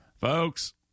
Folks